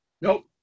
Nope